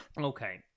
Okay